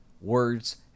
words